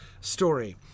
story